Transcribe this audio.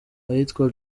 ahitwa